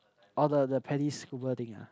orh the the paddy scuba thing ah